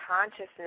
consciousness